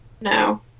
No